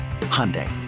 Hyundai